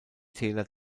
täler